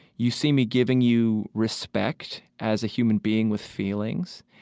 you see me giving you respect as a human being with feelings.